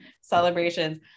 celebrations